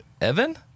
Evan